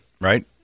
Right